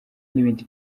n’ibindi